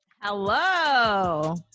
Hello